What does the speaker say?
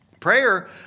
Prayer